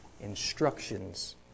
instructions